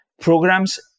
programs